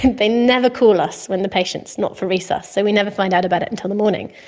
and they never call us when the patient is not for resus, so we never find out about it until the morning.